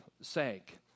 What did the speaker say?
sank